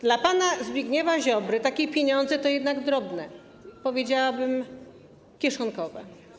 Dla pana Zbigniewa Ziobry takie pieniądze to jednak drobne, powiedziałabym, kieszonkowe.